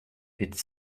its